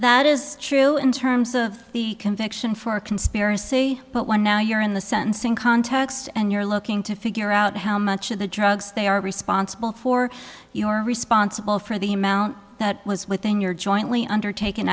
that is true in terms of the conviction for conspiracy but when now you're in the sentencing context and you're looking to figure out how much of the drugs they are responsible for your responsible for the amount that was within your jointly undertak